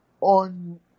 on